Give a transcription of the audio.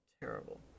terrible